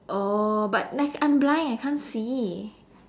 oh but like I'm blind I can't see